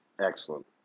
Excellent